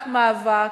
רק מאבק.